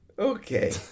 Okay